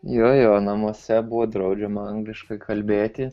jo jo namuose buvo draudžiama angliškai kalbėti